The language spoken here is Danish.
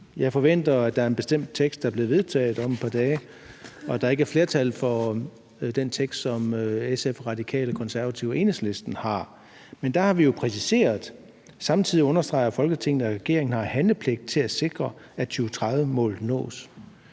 jeg forventer, at der er en bestemt tekst, der bliver vedtaget om et par dage, og at der ikke er flertal for den tekst, som SF, Radikale Venstre, Konservative og Enhedslisten lavet. Men der har vi jo præciseret: »Samtidig understreger Folketinget, at regeringen har handlepligt til at sikre, at 2030-målet nås.«